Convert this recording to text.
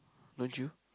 don't you